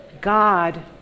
God